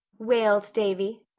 wailed davy.